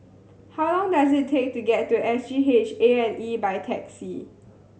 how long does it take to get to S G H A and E by taxi